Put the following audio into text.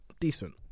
Decent